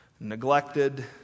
Neglected